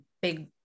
big